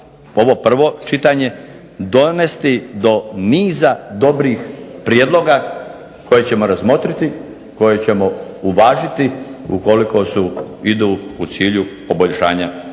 ovo prvo čitanje dovesti do niza dobrih prijedloga koje ćemo razmotriti, koje ćemo uvažiti ukoliko idu u cilju poboljšanja